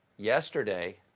yesterday,